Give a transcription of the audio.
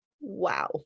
wow